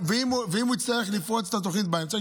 ואם הוא יצטרך לפרוץ את התוכנית באמצע,